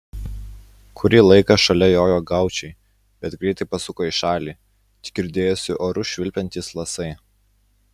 kurį laiką šalia jojo gaučai bet greitai pasuko į šalį tik girdėjosi oru švilpiantys lasai